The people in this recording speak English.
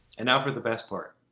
and now for the best part,